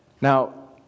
Now